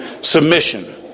submission